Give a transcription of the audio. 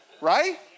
right